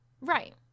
Right